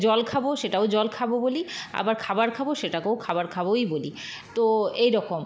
জল খাব সেটাও জল খাব বলি আবার খাবার খাব সেটাকেও খাবার খাবই বলি তো এই রকম